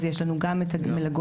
אז יש לנו גם את המלגות.